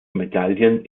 medaillen